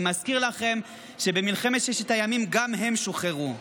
אני מזכיר לכם שבמלחמת ששת הימים גם הם שוחררו.